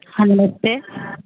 हाँ नमस्ते